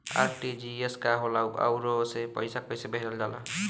RTGS का होला आउरओ से पईसा कइसे भेजल जला?